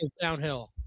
downhill